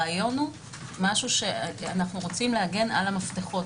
הרעיון הוא שאנחנו רוצים להגן על המפתחות.